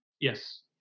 Yes